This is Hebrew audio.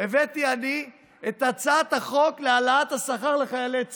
הבאתי אני את הצעת החוק להעלאת השכר לחיילי צה"ל,